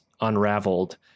unraveled